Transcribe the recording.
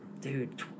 dude